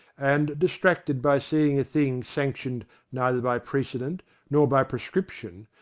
and, distracted by seeing a thing sanctioned neither by precedent nor by pre scription,